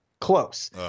Close